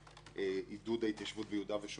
עידוד ההתיישבות ביהודה ושומרון.